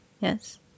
yes